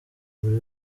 buri